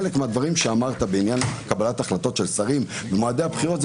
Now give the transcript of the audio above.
חלק מהדברים שאמרת בעניין קבלת החלטות של שרים ומועדי הבחירות,